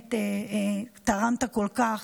ובאמת תרמת כל כך,